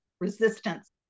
resistance